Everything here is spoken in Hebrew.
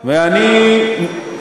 הם עדיין לא בממשלה.